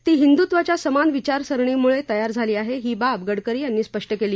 ती हिंदुत्वाच्या समान विचार सरणीमुळे तयार झाली आहे ही बाब गडकरी यांनी स्पष्ट केली